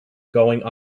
going